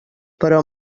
però